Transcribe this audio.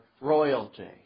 royalty